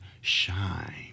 shine